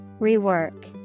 Rework